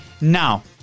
Now